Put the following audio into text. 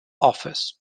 office